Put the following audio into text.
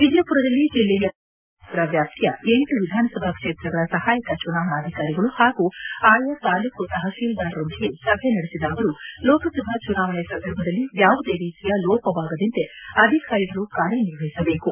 ವಿಜಯಪುರದಲ್ಲಿ ಜಿಲ್ಲೆಯ ಲೋಕಸಭಾ ಮೀಸಲು ಕ್ಷೇತ್ರ ವ್ಯಾಪ್ತಿಯ ಎಂಟು ವಿಧಾನಸಭಾ ಕ್ಷೇತ್ರಗಳ ಸಹಾಯಕ ಚುನಾವಣಾಧಿಕಾರಿಗಳು ಹಾಗೂ ಅಯಾ ತಾಲೂಕು ತಪಶೀಲ್ದಾರರೊಂದಿಗೆ ಸಭೆ ನಡೆಸಿದ ಅವರು ಲೋಕಸಭಾ ಚುನಾವಣೆ ಸಂದರ್ಭದಲ್ಲಿ ಯಾವುದೇ ರೀತಿಯ ಲೋಪವಾಗದಂತೆ ಅಧಿಕಾರಿಗಳು ಕಾರ್ಯನಿರ್ವಹಿಸಬೇಕು